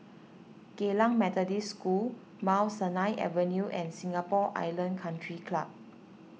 Geylang Methodist School Mount Sinai Avenue and Singapore Island Country Club